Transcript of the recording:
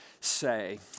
say